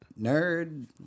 nerd